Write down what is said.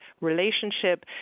relationship